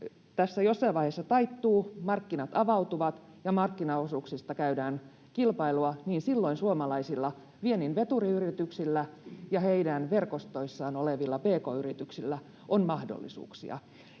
tässä jossain vaiheessa taittuu, markkinat avautuvat ja markkinaosuuksista käydään kilpailua, niin silloin suomalaisilla viennin veturiyrityksillä ja heidän verkostoissaan olevilla pk-yrityksillä on mahdollisuuksia.